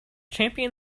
championed